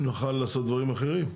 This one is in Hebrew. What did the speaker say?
נוכל לעשות דברים אחרים?